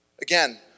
Again